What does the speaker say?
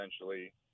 essentially